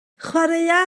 chwaraea